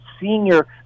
senior